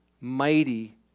Mighty